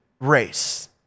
race